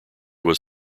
was